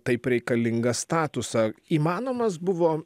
taip reikalingą statusą įmanomas buvo